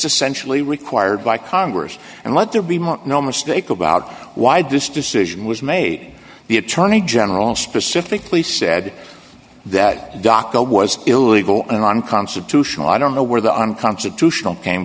essentially required by congress and let there be no mistake about why this decision was made the attorney general specifically said that doco was illegal and unconstitutional i don't know where the unconstitutional came